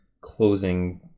closing